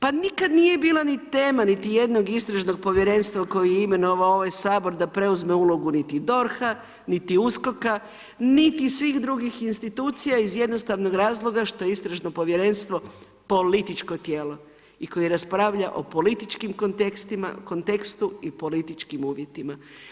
Pa nikad nije ni bila tema niti jednog istražnog povjerenstva koje je imenovao ovaj Sabor da preuzme ulogu niti DORH-a, niti USKOK-a niti svih drugih institucija iz jednostavnog razloga što istražno povjerenstvo političko tijelo i koje raspravlja o političkom kontekstu i političkim uvjetima.